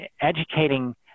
educating